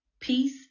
Peace